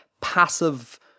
passive